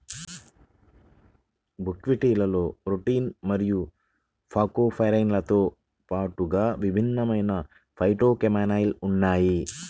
బుక్వీట్లో రుటిన్ మరియు ఫాగోపైరిన్లతో పాటుగా విభిన్నమైన ఫైటోకెమికల్స్ ఉన్నాయి